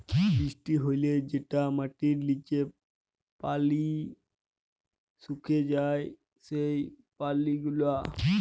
বৃষ্টি হ্যলে যেটা মাটির লিচে পালি সুকে যায় সেই পালি গুলা